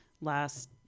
last